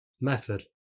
Method